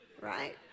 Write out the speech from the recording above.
right